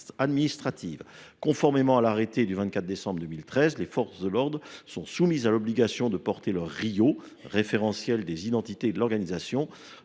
administrative. Conformément à l’arrêté du 24 décembre 2013, les forces de l’ordre sont soumises à l’obligation de porter leur référentiel des identités et de l’organisation